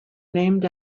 named